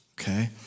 okay